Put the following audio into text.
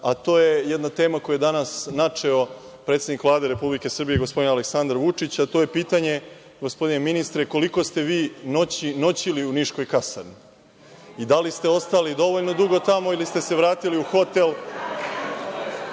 a to je jedna tema koju je danas načeo predsednik Vlade RS, gospodin Aleksandar Vučić, a to je pitanje, gospodine ministre, koliko ste vi noći noćili u Niškoj kasarni i da li ste ostali dovoljno dugo tamo i da li ste se vratili u